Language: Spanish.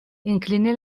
incliné